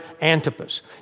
Antipas